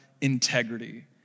integrity